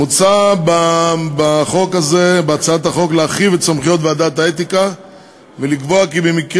מוצע בהצעת החוק להרחיב את סמכויות ועדת האתיקה ולקבוע כי במקרה